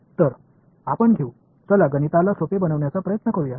तर आपण घेऊ चला गणिताला सोपे बनवण्याचा प्रयत्न करूया